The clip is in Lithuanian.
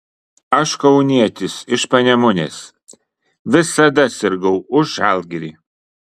aš kaunietis iš panemunės visada sirgau už žalgirį